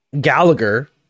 Gallagher